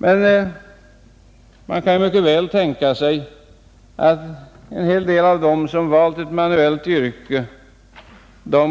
Man kan emellertid mycket väl tänka sig att en hel del av dem som valt ett manuellt yrke